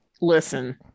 Listen